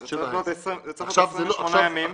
זה צריך להיות 28 ימים.